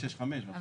אני